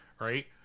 right